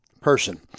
person